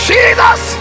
Jesus